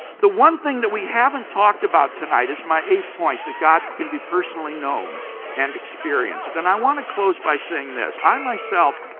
the one thing that we haven't talked about tonight it my eighth point that god can be personally known and experienced. and i want to close by saying this. i, myself,